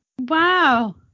wow